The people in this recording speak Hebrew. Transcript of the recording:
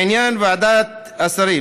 בעניין ועדת השרים,